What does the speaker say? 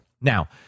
Now